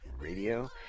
Radio